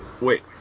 wait